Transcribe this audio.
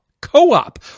co-op